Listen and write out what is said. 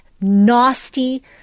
nasty